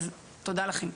תודה לכם.